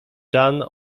done